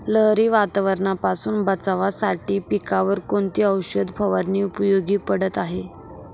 लहरी वातावरणापासून बचावासाठी पिकांवर कोणती औषध फवारणी उपयोगी पडत आहे?